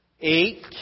eight